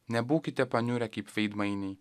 nebūkite paniurę kaip veidmainiai